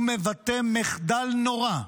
זה מבטא מחדל נורא,